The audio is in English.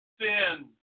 sin